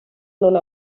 non